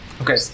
Okay